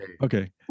Okay